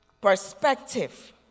Perspective